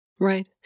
Right